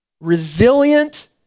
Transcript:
resilient